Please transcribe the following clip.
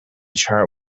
chart